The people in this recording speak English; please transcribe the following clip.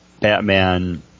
Batman